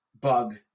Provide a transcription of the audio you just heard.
bug